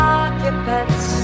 occupants